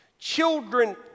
Children